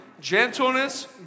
gentleness